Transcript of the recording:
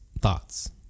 thoughts